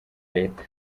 leta